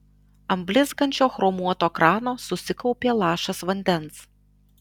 ant blizgančio chromuoto krano susikaupė lašas vandens